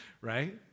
right